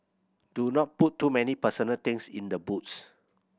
do not put too many personal things in the boots